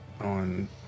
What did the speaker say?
on